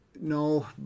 No